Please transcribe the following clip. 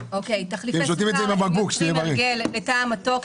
תחליפי סוכר יוצרים הרגל לטעם מתוק,